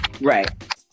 Right